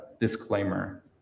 disclaimer